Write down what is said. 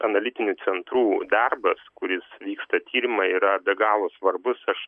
analitinių centrų darbas kuris vyksta tyrimai yra be galo svarbus aš